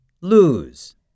Lose